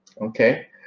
Okay